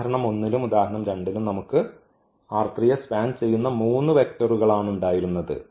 ഉദാഹരണം 1 ലും ഉദാഹരണം 2 ലും നമുക്ക് യെ സ്പാൻ ചെയ്യുന്ന മൂന്ന് വെക്റ്ററുകളാണുണ്ടായിരുന്നത്